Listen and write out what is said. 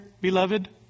beloved